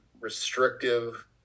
restrictive